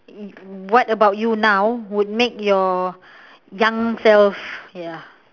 what about you now would make your young self ya